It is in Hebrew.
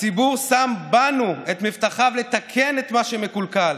הציבור שם בנו את מבטחו לתקן את מה שמקולקל,